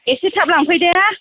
एसे थाब लांफै दे